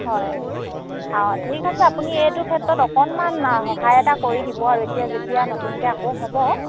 হয় অঁ ঠিক আছে আপুনি এইটো ক্ষেত্ৰত অকণমান সহায় এটা কৰি দিব আৰু এতিয়া যেতিয়া নতুনকৈ আকৌ হ'ব